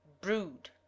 Brood